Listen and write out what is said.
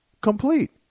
complete